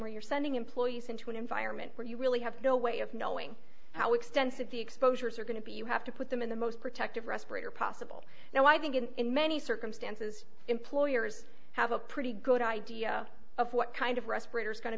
where you're sending employees into an environment where you really have no way of knowing how extensive the exposures are going to be you have to put them in the most protective respirator possible now i think in many circumstances employers have a pretty good idea of what kind of respirators going to